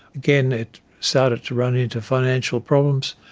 again, it started to run into financial problems,